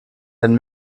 wenn